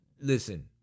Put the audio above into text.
Listen